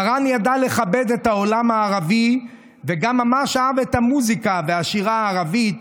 מרן ידע לכבד את העולם הערבי וגם ממש אהב את המוזיקה והשירה הערבית,